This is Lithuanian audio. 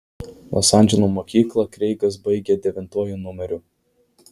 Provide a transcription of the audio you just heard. los andželo mokyklą kreigas baigė devintuoju numeriu